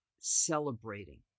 celebrating